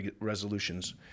resolutions